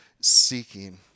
seeking